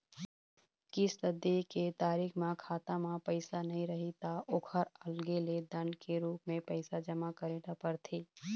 किस्त दे के तारीख म खाता म पइसा नइ रही त ओखर अलगे ले दंड के रूप म पइसा जमा करे ल परथे